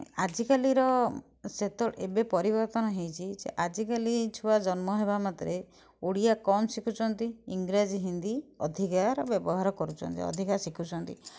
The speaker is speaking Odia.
ଆଜି କାଲିର ସେତେବେଳେ ଏବେ ପରିବର୍ତ୍ତନ ହୋଇଛି ଆଜି କାଲି ଛୁଆ ଜନ୍ମ ହେବା ମାତ୍ରେ ଓଡ଼ିଆ କମ୍ ଶିଖୁଛନ୍ତି ଇଂରାଜୀ ହିନ୍ଦୀ ଅଧିକା ବ୍ୟବହାର କରୁଛନ୍ତି ଅଧିକା ଶିଖୁଛନ୍ତି